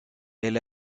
elle